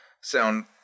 sound